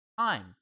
time